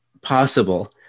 possible